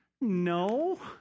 no